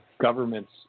governments